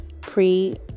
pre